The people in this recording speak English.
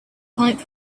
pipe